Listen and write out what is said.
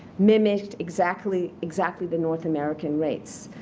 mimicked exactly exactly the north american rates.